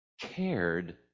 cared